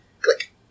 Click